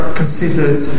considered